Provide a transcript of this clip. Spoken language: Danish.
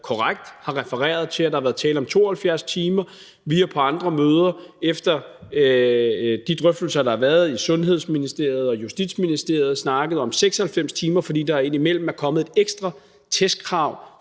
korrekt har refereret til, at der har været tale om 72 timer. Vi har på andre møder efter de drøftelser, der har været i Sundhedsministeriet og Justitsministeriet, snakket om 96 timer, fordi der indimellem er kommet et ekstra testkrav